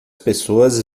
pessoas